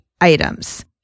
items